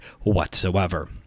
whatsoever